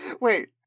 Wait